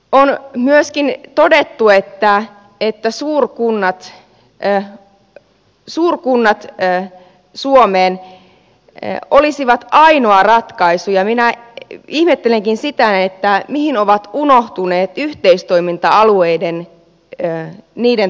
on myöskin todettu että suurkunnat suomeen olisivat ainoa ratkaisu ja minä ihmettelenkin sitä mihin on unohtunut yhteistoiminta alueiden toteuttaminen